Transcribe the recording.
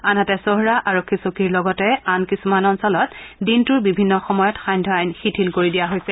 আনহাতে চহৰা আৰক্ষী চকীৰ লগতে আন কিছুমান অঞ্চলত দিনটোৰ বিভিন্ন সময়ত সান্ধ্য আইন শিথিল কৰি দিয়া হৈছে